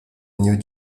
new